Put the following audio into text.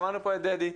שמענו פה את דדי,